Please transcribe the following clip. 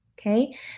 okay